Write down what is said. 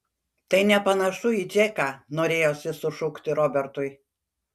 tai nepanašu į džeką norėjosi sušukti robertui